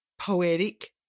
poetic